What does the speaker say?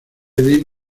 edith